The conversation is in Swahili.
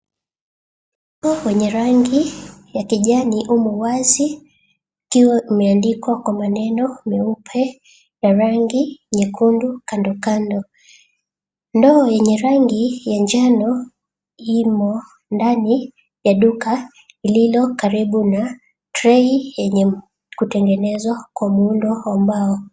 Kwenye rangi ya kijani imo wazi ikiwa imeandikwa kwa maneno meupe na na ranginyekundu kandokando. Ndoo yenye rangi ya njano imo ndani ya duka lililo kariibu na tray yenye kutengenezewa kwa muundo wa mbao.